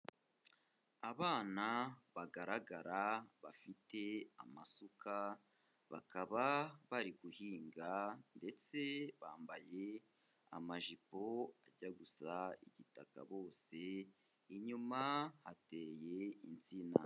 Abana bagaragara bafite amasuka bakaba bari guhinga ndetse bambaye amajipo ajya gusa igitaka bose, inyuma hateye insina.